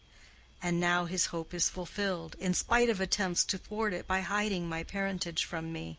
and now his hope is fulfilled, in spite of attempts to thwart it by hiding my parentage from me.